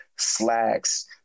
slacks